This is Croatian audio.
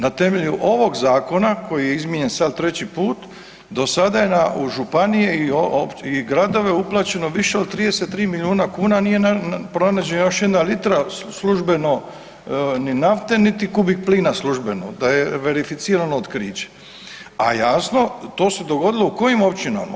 Na temelju ovog Zakona koji je izmijenjen sad treći put, do sada je u županije i gradove uplaćeno više od 33 milijuna kuna, nije pronađena još jedna litra službeno ni nafte niti kubik plina službeno, da je verificirano otkri e. A jasno, to se dogodilo u kojim općinama?